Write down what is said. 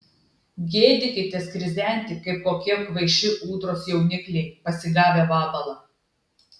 gėdykitės krizenti kaip kokie kvaiši ūdros jaunikliai pasigavę vabalą